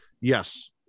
Yes